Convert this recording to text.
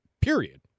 Period